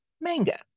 manga